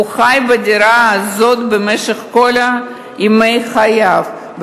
הוא חי בדירה הזאת במשך כל ימי חייו,